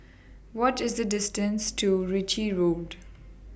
What IS The distance to Ritchie Road